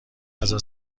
غذا